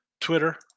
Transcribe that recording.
Twitter